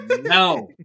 No